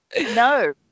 No